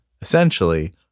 essentially